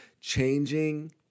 changing